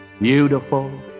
beautiful